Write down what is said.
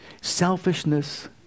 selfishness